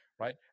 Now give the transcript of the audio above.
right